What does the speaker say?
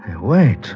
Wait